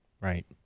Right